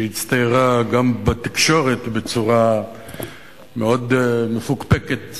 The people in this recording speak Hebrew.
שהצטיירה גם בתקשורת בצורה מאוד מפוקפקת,